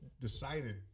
decided